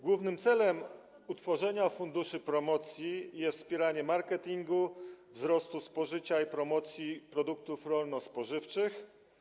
Głównym celem utworzenia funduszy promocji jest wspieranie marketingu, wzrostu spożycia i promocji produktów rolno-spożywczych.